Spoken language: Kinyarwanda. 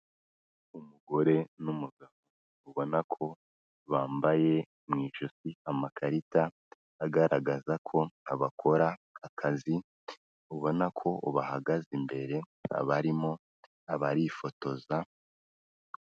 Umugore n'umugabo ubona ko bambaye mu ijosi amakarita agaragaza ko bakora akazi, ubona ko bahagaze imbere abarimo abarifotoza.